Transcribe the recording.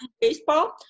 baseball